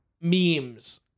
memes